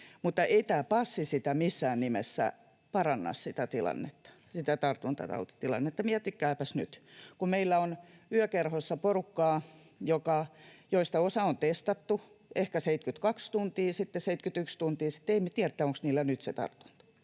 mutta ei tämä passi missään nimessä paranna sitä tartuntatautitilannetta. Miettikääpäs nyt: Kun meillä on yökerhossa porukkaa, josta osa on testattu ehkä 72 tuntia sitten, 71 tuntia sitten, niin ei me tiedetä, onko heillä nyt se tartunta.